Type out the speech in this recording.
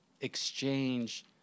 exchange